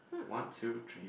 one two three